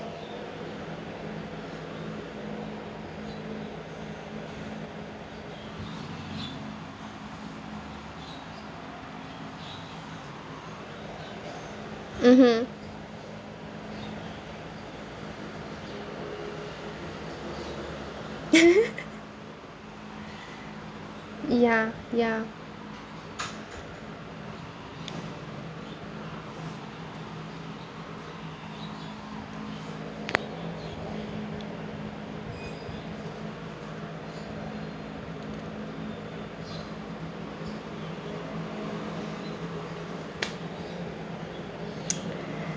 mmhmm ya ya